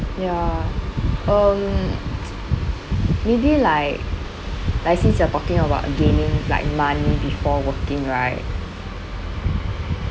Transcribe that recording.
ya um maybe like like since you are talking about gaining like money before working right